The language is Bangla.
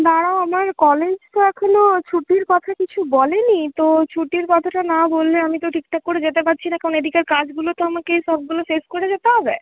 দাঁড়াও আমার কলেজ তো এখনও ছুটির কথা কিছু বলেনি তো ছুটির কথাটা না বললে আমি তো ঠিকঠাক করে যেতে পারছি না কারণ এদিকের কাজগুলো তো আমাকে সবগুলো শেষ করে যেতে হবে